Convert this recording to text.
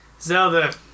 Zelda